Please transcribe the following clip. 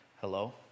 Hello